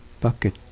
bucket